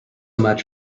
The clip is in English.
much